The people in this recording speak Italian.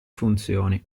funzioni